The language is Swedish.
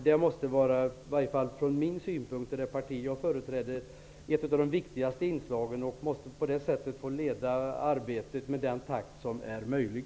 Det är ett av de viktigaste inslagen för mig och mitt parti och måste vara vägledande för genomförandet av arbetet i den takt som är möjlig.